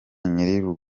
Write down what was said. nyiri